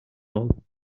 all